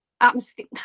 atmosphere